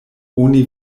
oni